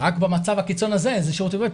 רק במצב הקיצון הזה השאירו אותי בבית,